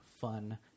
fun